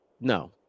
No